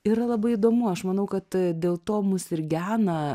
yra labai įdomu aš manau kad dėl to mus ir gena